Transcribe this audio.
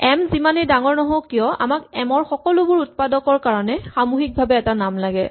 M যিমানেই ডাঙৰ নহওক কিয় আমাক এম ৰ সকলো উৎপাদকৰ কাৰণে সামূহিকভাৱে এটা নাম লাগে